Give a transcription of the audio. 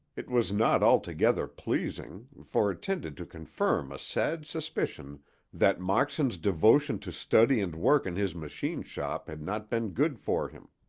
it was not altogether pleasing, for it tended to confirm a sad suspicion that moxon's devotion to study and work in his machine-shop had not been good for him.